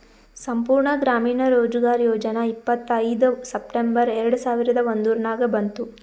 ಸಂಪೂರ್ಣ ಗ್ರಾಮೀಣ ರೋಜ್ಗಾರ್ ಯೋಜನಾ ಇಪ್ಪತ್ಐಯ್ದ ಸೆಪ್ಟೆಂಬರ್ ಎರೆಡ ಸಾವಿರದ ಒಂದುರ್ನಾಗ ಬಂತು